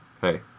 hey